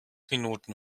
minuten